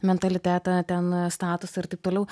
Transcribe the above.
mentalitetą ten statusą ir taip toliau